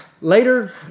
later